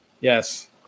Yes